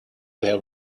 there